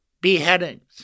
beheadings